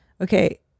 Okay